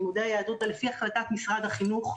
לימודי היהדות זה לפי החלטת משרד החינוך,